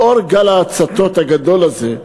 לאור גל ההצתות הגדול הזה,